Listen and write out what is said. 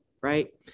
right